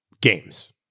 games